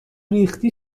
ریختی